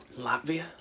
Latvia